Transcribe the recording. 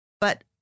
But-